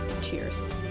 Cheers